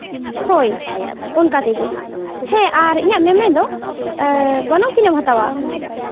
ᱦᱳᱭ ᱚᱱᱠᱟ ᱛᱮᱜᱮ ᱦᱮᱸ ᱟᱨ ᱤᱧᱟᱹᱜ ᱢᱮᱢᱮᱱ ᱫᱚ ᱜᱚᱱᱚᱝ ᱛᱤᱱᱟᱹᱜ ᱮᱢ ᱦᱟᱛᱟᱣᱟ